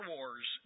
Wars